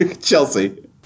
Chelsea